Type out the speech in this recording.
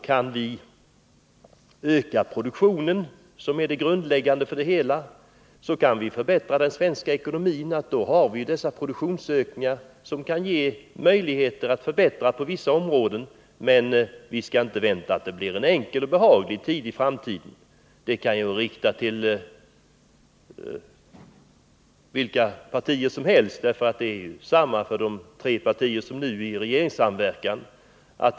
Kan vi öka produktionen, vilket är det grundläggande, så kan vi förbättra den svenska ekonomin. Därigenom skulle vi kunna genomföra förbättringar på vissa områden. Men vi skall inte vänta oss någon behaglig och problemfri tid framöver. Det gäller för alla partier, även de tre partier som nu är i regeringsställning.